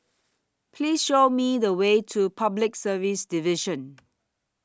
Please Show Me The Way to Public Service Division